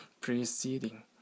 preceding